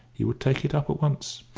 he would take it up at once.